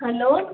hello